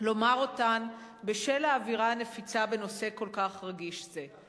לומר אותן בשל האווירה הנפיצה בנושא כל כך רגיש זה.